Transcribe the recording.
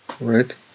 Right